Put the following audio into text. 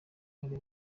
hari